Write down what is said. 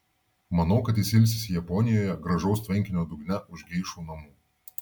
manau kad jis ilsisi japonijoje gražaus tvenkinio dugne už geišų namų